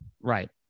Right